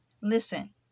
Listen